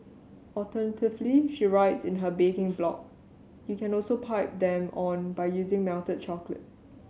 alternatively she writes in her baking blog you can also pipe them on by using melted chocolate